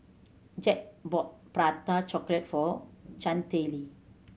Jed bought Prata Chocolate for Chantelle